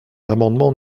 l’amendement